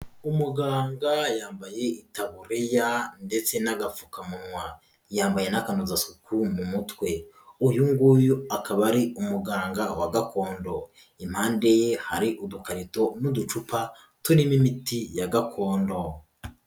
Umuganga yambaye itaburiya ndetse n'agapfukamunwa, yambaye n'akanozasuku mu mutwe, uyu nguyu akaba ari umuganga wa gakondo. Impande ye hari udukarito n'uducupa turimo imiti ya gakondo.